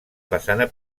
façana